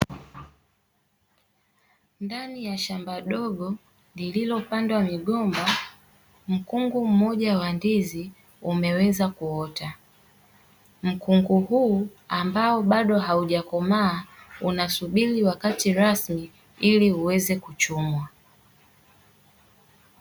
Ndani ya shamba dogo nililopandwa migomba, mkungu mmoja wa ndizi umeweza kuota. Mkungu huu, ambao bado haujakomaa, unasubiri wakati rasmi ili uweze kuchumwa.